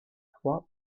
froid